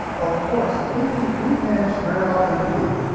of course. we can we can turn off empathy,